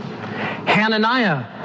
Hananiah